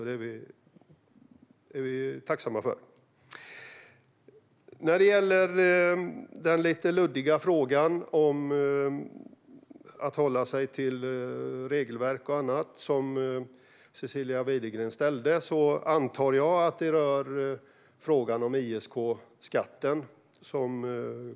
Det är vi tacksamma för. När det gäller den lite luddiga frågan om att hålla sig till regelverk och så vidare, som Cecilia Widegren ställde, antar jag att frågan rör ISK-skatten.